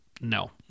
no